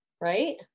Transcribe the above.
right